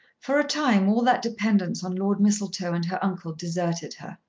for a time all that dependence on lord mistletoe and her uncle deserted her.